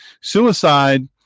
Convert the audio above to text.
Suicide